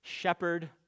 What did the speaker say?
Shepherd